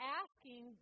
asking